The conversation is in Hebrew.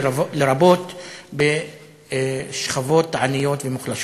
לרבות בשכבות עניות ומוחלשות.